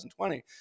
2020